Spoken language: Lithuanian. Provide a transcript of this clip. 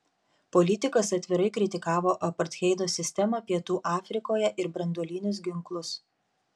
politikas atvirai kritikavo apartheido sistemą pietų afrikoje ir branduolinius ginklus